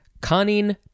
conning